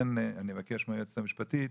היועצת המשפטית,